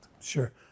Sure